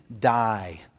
die